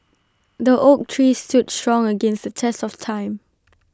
the oak tree stood strong against the test of time